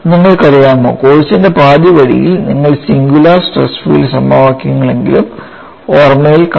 നിങ്ങൾക്കറിയാമോ കോഴ്സിന്റെ പാതിവഴിയിൽ നിങ്ങൾ സിംഗുലാർ സ്ട്രെസ് ഫീൽഡ് സമവാക്യങ്ങൾ എങ്കിലും ഓർമ്മയിൽ കാണും